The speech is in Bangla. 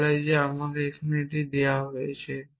যা বলে যে এটি আমাকে দেওয়া হয়েছে